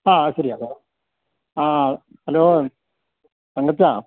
ആ ശരിയാക്കാമേ ഹലോ തങ്കച്ചാ